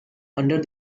under